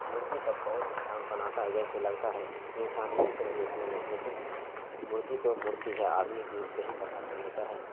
مورتی سب بہت انسان بناتا ہے جیسے لگتا ہے انسان ہی کی طرح دیکھنے میں لیکن مورتی تو مورتی ہے آدمی دور سے ہی پتہ کر لیتا ہے